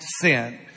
sin